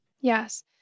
Yes